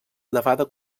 elevada